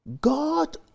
God